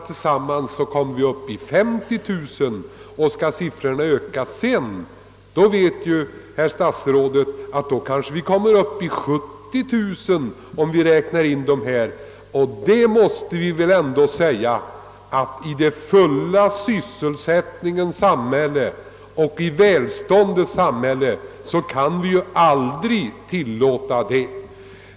Tillsammans blir det över 50 000, och skall siffrorna öka i fortsättningen inser nog herr statsrådet att antalet kanske blir 70 000 om vi räknar ihop dessa kategorier. Och i den fulla sysselsättningens och välståndets samhälle måste man väl ändå säga att en sådan utveckling aldrig kan tillåtas.